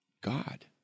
God